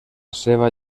seva